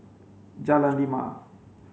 Jalan Lima